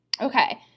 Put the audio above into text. Okay